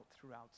throughout